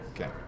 Okay